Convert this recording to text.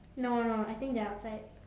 no no I think they're outside